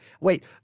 wait